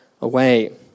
away